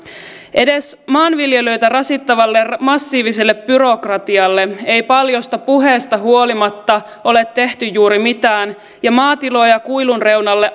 edes maanviljelijöitä rasittavalle massiiviselle byrokratialle ei paljosta puheesta huolimatta ole tehty juuri mitään ja maatiloja kuilun reunalle